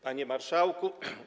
Panie Marszałku!